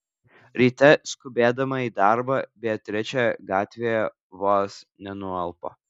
ryte skubėdama į darbą beatričė gatvėje vos nenualpo